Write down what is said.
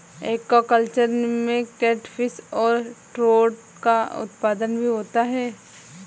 aquaculture में catfish और trout का उत्पादन भी होता है